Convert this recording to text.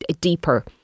deeper